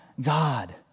God